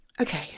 okay